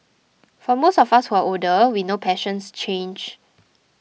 for most of us who are older we know passions change